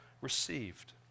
received